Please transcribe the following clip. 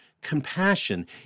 Compassion